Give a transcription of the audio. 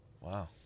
wow